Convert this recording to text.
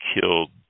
killed